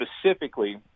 specifically